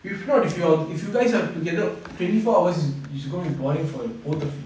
if not if you are if you guys are together twenty four hours it's going to be boring for the both of you